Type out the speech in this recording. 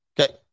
Okay